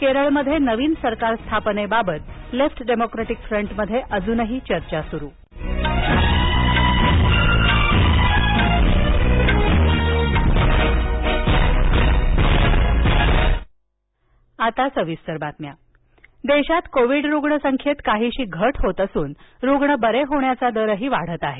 केरळमध्ये नवीन सरकार स्थापनेबाबत लेफ्ट डेमोक्रेटिक फ्रंटमध्ये अजूनही चर्चा सुरू कोविड रुग्णसंख्या देशात कोविड रुग्ण संख्येत काहीशी घट होत असून रुग्ण बरे होण्याचा दरही वाढत आहे